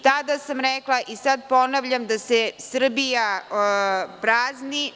Tada sam rekla i sada ponavljam da se Srbija prazni.